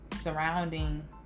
Surrounding